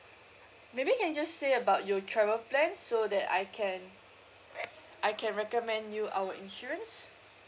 maybe you can just say about your travel plan so that I can I can recommend you our insurance